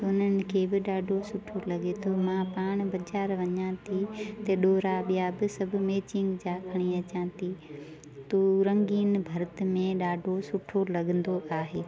उननि खे बि ॾाढो सुठो लॻे थो मां पाण बाज़ारि वञा थी त ॾोरा ॿिया बि सभु मेचिंग जा खणी अचां थी तू रंगीन भर्त में ॾाढो सुठो लॻंदो आहे